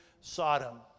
Sodom